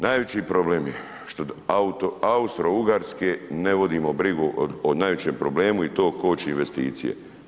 Najveći problem je što od Austro-Ugarske ne vodimo brigu o najvećem problemu i to koči investicije.